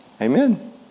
Amen